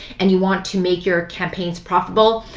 and you want to make your campaigns profitable,